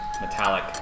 metallic